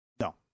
No